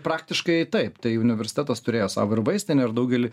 praktiškai taip tai universitetas turėjo savo ir vaistinę ir daugelį